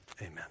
amen